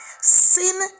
sin